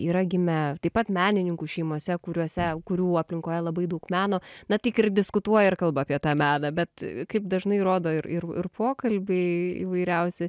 yra gimę taip pat menininkų šeimose kuriose kurių aplinkoje labai daug meno na tik ir diskutuoja ir kalba apie tą meną bet kaip dažnai rodo ir ir ir pokalbiai įvairiausi